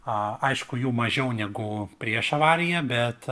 a aišku jų mažiau negu prieš avariją bet